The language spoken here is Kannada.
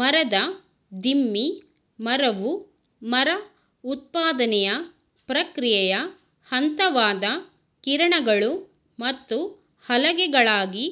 ಮರದ ದಿಮ್ಮಿ ಮರವು ಮರ ಉತ್ಪಾದನೆಯ ಪ್ರಕ್ರಿಯೆಯ ಹಂತವಾದ ಕಿರಣಗಳು ಮತ್ತು ಹಲಗೆಗಳಾಗಿ